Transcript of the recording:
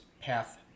path